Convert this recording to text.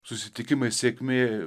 susitikimai sėkmė